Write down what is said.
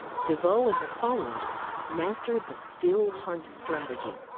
devoe and her followers mastered the still hunt strategy.